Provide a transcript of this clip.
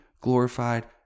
glorified